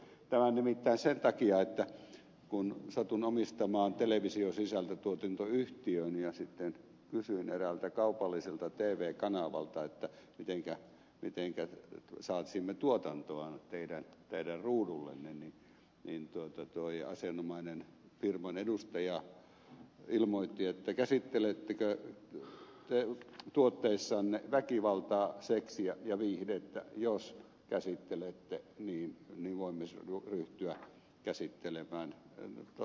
tämä nimittäin sen takia että kun satun omistamaan televisiosisältötuotantoyhtiön ja sitten kysyin eräältä kaupalliselta tv kanavalta mitenkä saisimme tuotantoamme teidän ruudullenne niin asianomainen firman edustaja kysyi käsittelettekö te tuotteissanne väkivaltaa seksiä ja viihdettä ja ilmoitti että jos käsittelette niin voimme ryhtyä taloudellisiin neuvotteluihin